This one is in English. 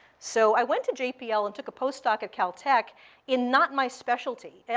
so i went to jpl and took a postdoc at caltech in not my specialty. and